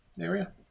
area